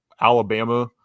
Alabama